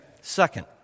second